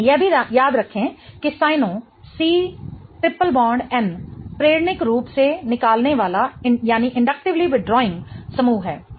यह भी याद रखें कि साइनो C≡N प्रेरणिक रूप से निकालने वाला समूह है